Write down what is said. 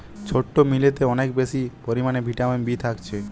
ছোট্ট মিলেতে অনেক বেশি পরিমাণে ভিটামিন বি থাকছে